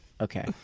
Okay